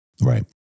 Right